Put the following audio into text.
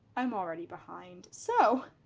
i'm already behind. so